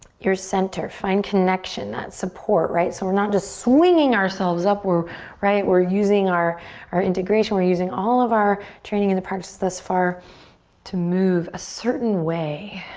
your center, find connection, that support, right? so we're not just swinging ourselves up. right? we're using our our integration. we're using all of our training in the practice thus far to move a certain way